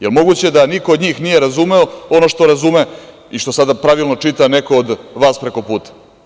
Da li je moguće da niko od njih nije razumeo ono što razume i što sada pravilno čita neko od vas prekoputa?